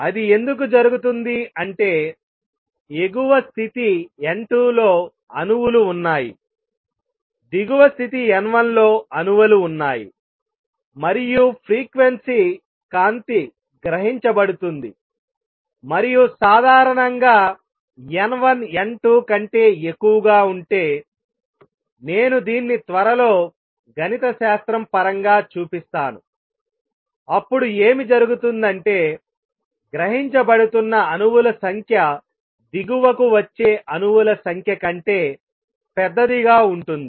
అది ఎందుకు జరుగుతుంది అంటే ఎగువ స్థితి N2 లో అణువులు ఉన్నాయిదిగువ స్థితి N1 లో అణువులు ఉన్నాయి మరియు ఫ్రీక్వెన్సీ కాంతి గ్రహించబడుతుంది మరియు సాధారణంగా N1 N2 కంటే ఎక్కువగా ఉంటేనేను దీన్ని త్వరలో గణితశాస్త్రం పరంగా చూపిస్తాను అప్పుడు ఏమి జరుగుతుందంటే గ్రహించబడుతున్న అణువుల సంఖ్య దిగువకు వచ్చే అణువుల సంఖ్య కంటే పెద్దదిగా ఉంటుంది